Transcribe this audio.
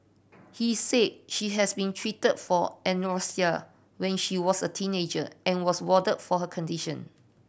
he said she has been treated for anorexia when she was a teenager and was warded for her condition